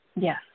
Yes